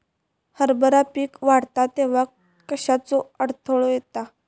हरभरा पीक वाढता तेव्हा कश्याचो अडथलो येता?